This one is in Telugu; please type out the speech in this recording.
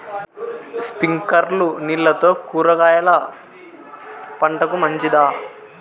స్ప్రింక్లర్లు నీళ్లతో కూరగాయల పంటకు మంచిదా?